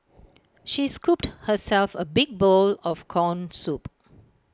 she scooped herself A big bowl of Corn Soup